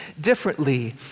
differently